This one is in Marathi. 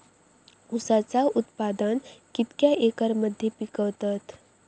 ऊसाचा उत्पादन कितक्या एकर मध्ये पिकवतत?